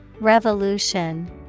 Revolution